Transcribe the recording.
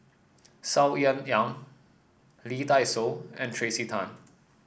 Saw Ean Ang Lee Dai Soh and Tracey Tan